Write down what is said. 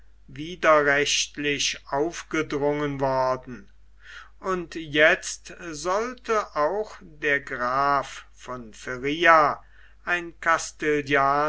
widerrechtlich aufgedrungen worden und jetzt sollte auch der graf von feria ein